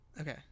Okay